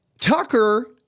Tucker